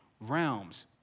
realms